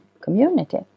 community